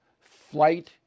flight